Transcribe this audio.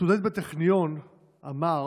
סטודנט בטכניון אמר